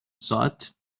ساعت